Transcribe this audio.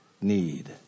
need